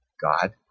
God